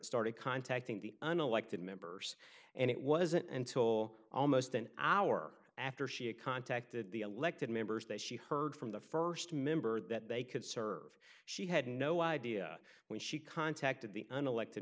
started contacting the unelected members and it wasn't until almost an hour after she contacted the elected members that she heard from the st member that they could serve she had no idea when she contacted the unelected